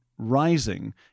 rising